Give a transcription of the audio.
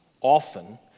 often